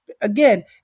Again